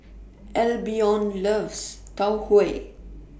Albion loves Tau Huay